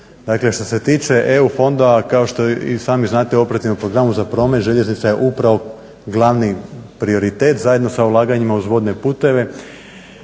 Dakle, što se tiče EU fondova kao što i sami znate u operativnom programu za promet željeznica je upravo glavni prioritet zajedno sa ulaganjima uz vodne puteve.